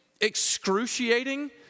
excruciating